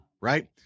right